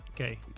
Okay